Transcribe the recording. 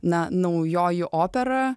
na naujoji opera